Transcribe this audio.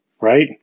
right